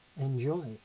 enjoy